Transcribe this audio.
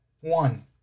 One